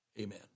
amen